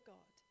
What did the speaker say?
God